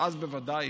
אז בוודאי